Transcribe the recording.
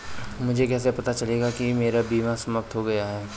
मुझे कैसे पता चलेगा कि मेरा बीमा समाप्त हो गया है?